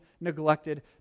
neglected